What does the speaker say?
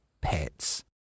pets